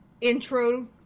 intro